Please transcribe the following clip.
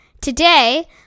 Today